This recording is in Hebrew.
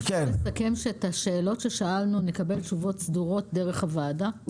אפשר לסכם שעל השאלות ששאלנו נקבל תשובות סדורות דרך הוועדה.